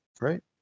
right